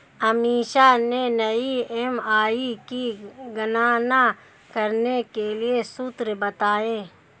अमीषा ने ई.एम.आई की गणना करने के लिए सूत्र बताए